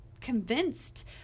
convinced